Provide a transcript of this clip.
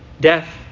Death